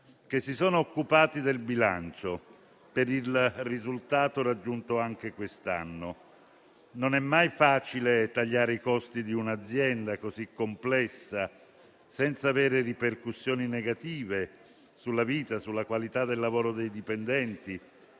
si sono occupati del bilancio per il risultato raggiunto anche quest'anno. Non è mai facile tagliare i costi di un'azienda così complessa senza avere ripercussioni negative sulla vita e sulla qualità del lavoro dei dipendenti,